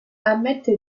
ammette